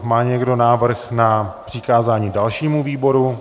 Má někdo návrh na přikázání dalšímu výboru?